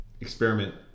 Experiment